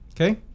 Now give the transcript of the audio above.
Okay